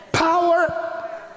power